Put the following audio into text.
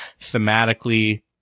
Thematically